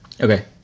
Okay